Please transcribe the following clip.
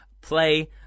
play